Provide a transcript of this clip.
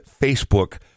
Facebook